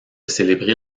célébrer